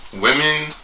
women